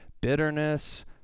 bitterness